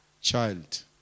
child